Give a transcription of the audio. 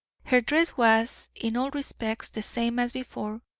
her dress was, in all respects, the same as before,